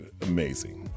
Amazing